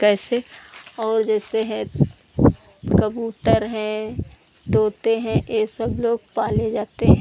कैसे और जैसे है कबूतर हैं तोते हैं यह सब लोग पाले जाते हैं